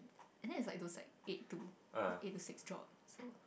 and then it's like those like eight to eight to six job